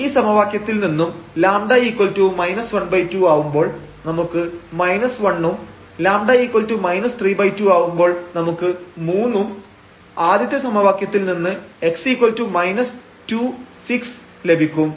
ഈ സമവാക്യത്തിൽ നിന്നും λ 12 ആവുമ്പോൾ നമുക്ക് 1 ഉം λ 32 ആവുമ്പോൾ നമുക്ക് മൂന്നും ആദ്യത്തെ സമവാക്യത്തിൽ നിന്ന് x 26 ലഭിക്കും